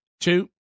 two